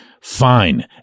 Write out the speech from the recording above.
fine